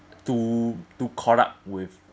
too too caught up with